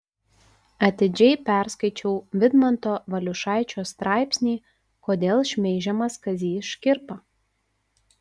atidžiai perskaičiau vidmanto valiušaičio straipsnį kodėl šmeižiamas kazys škirpa